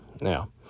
now